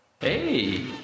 Hey